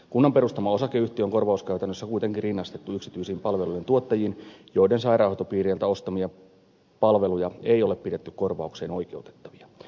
kunnan perustama osakeyhtiö on korvauskäytännössä kuitenkin rinnastettu yksityisiin palvelujen tuottajiin joiden sairaanhoitopiireiltä ostamia palveluja ei ole pidetty korvaukseen oikeuttavina